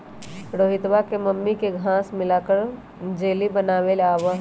रोहितवा के मम्मी के घास्य मिलाकर जेली बनावे आवा हई